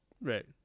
Right